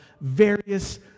various